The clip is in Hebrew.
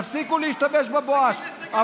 תפסיקו להשתמש בבואש.